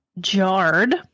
jarred